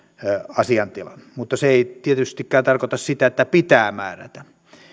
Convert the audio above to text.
asiaintilan mutta se ei tietystikään tarkoita sitä että pitää määrätä